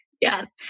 Yes